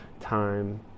Time